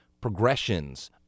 progressions